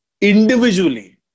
individually